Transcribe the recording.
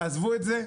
תעזבו את זה.